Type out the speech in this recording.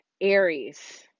Aries